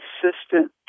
consistent